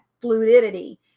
fluidity